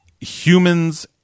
Humans